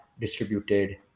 distributed